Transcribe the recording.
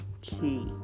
key